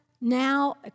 Now